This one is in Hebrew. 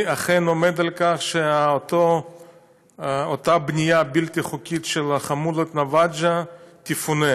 אני אכן עומד על כך שאותה בנייה בלתי חוקית של חמולת נוואג'ה תפונה.